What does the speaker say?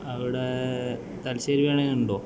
അവിടെ തലശ്ശേരി ബിരിയാണി ഉണ്ടോ